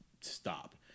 stop